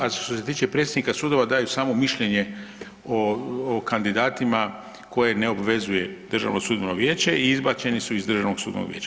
A što se tiče predsjednika sudova daju samo mišljenje o kandidatima koje ne obvezuje Državno sudbeno vijeće i izbačeni su iz Državnog sudbenog vijeća.